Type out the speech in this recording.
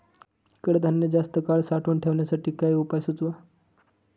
कडधान्य जास्त काळ साठवून ठेवण्यासाठी काही उपाय सुचवा?